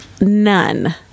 none